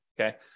okay